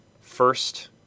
First